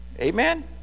Amen